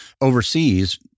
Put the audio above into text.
overseas